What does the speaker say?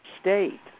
state